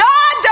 God